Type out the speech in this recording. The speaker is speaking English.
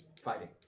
Fighting